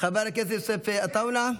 חבר הכנסת יוסף עטאונה,